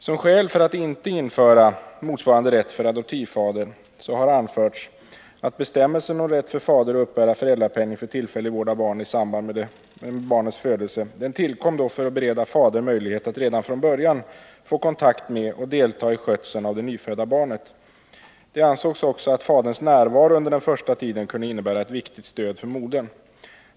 Som skäl för att inte införa samma rätt för adoptivfader som gäller för biologisk fader har anförts att bestämmelsen om rätt för fader att uppbära föräldrapenning för tillfällig vård av barn i samband med barnets födelse tillkom för att bereda fadern möjlighet att redan från början få kontakt med och delta i skötseln av det nyfödda barnet. Det ansågs också att faderns närvaro under den första tiden kunde innebära ett viktigt stöd för modern.